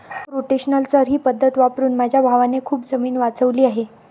rotational चर ही पद्धत वापरून माझ्या भावाने खूप जमीन वाचवली आहे